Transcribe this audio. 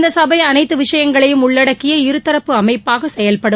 இந்த சபை அனைத்து விஷயங்களையும் உள்ளடக்கிய இருதரப்பு அமைப்பாக செயல்படும்